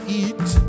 eat